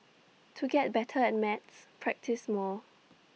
to get better at maths practise more